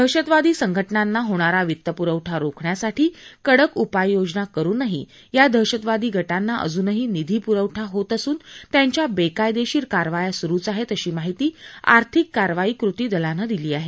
दहशतवादी संघ ञांना होणारा वित्तपुरवठा रोखण्यासाठी कडक उपाययोजना करुनही या दहशतवादी ग ञांना अजूनही निधी पुरवठा होत असून त्यांच्या बेकायदेशीर कारवाया सुरुच आहेत अशी माहिती आर्थिक कारवाई कृतीदलानं दिली आहे